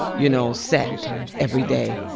you know, set every day.